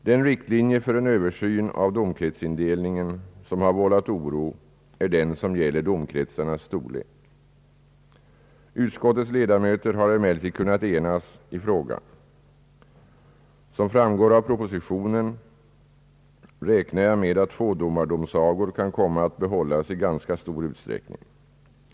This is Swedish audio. Den riktlinje för en översyn av domkretsindelningen som har vållat oro är den som gäller domkretsarnas storlek. Utskottets ledamöter har emellertid kunnat enas i frågan. Som framgår av propositionen räknar jag med att tvådomardomsagor kan komma att behållas i ganska stor utsträckning.